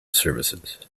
services